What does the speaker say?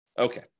Okay